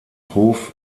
hof